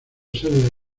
sede